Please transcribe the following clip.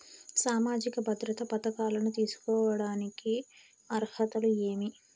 సామాజిక భద్రత పథకాలను తీసుకోడానికి అర్హతలు ఏమి?